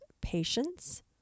patience